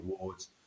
Awards